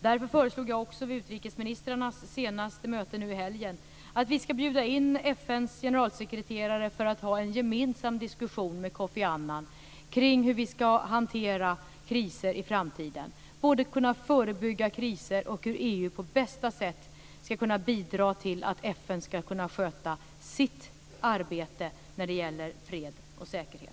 Jag föreslog därför vid utrikesministrarnas senaste möte nu i helgen att vi ska bjuda in FN:s generalsekreterare Kofi Annan för en gemensam diskussion med honom kring hur vi ska hantera kriser i framtiden, både för att förebygga kriser och för att EU på bästa sätt ska kunna bidra till att FN kan sköta sitt arbete när det gäller fred och säkerhet.